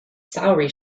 salary